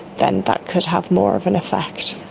then that could have more of an effect.